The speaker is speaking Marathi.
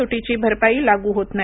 तुटीची भरपाई लागू होत नाही